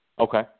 Okay